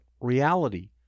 reality